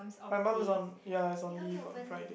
my mum is on ya is on leave on Friday